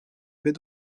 baie